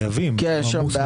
כן, חייבים.